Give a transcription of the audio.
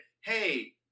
Hey